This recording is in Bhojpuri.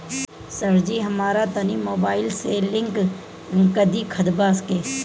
सरजी हमरा तनी मोबाइल से लिंक कदी खतबा के